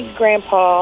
grandpa